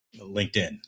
LinkedIn